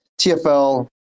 TFL